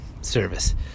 service